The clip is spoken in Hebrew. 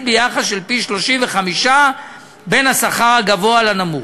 ביחס של פי-35 בין השכר הגבוה לנמוך.